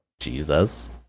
Jesus